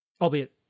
albeit